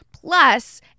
plus